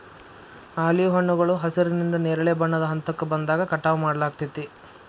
olive ಹಣ್ಣುಗಳು ಹಸಿರಿನಿಂದ ನೇರಳೆ ಬಣ್ಣದ ಹಂತಕ್ಕ ಬಂದಾಗ ಕಟಾವ್ ಮಾಡ್ಲಾಗ್ತೇತಿ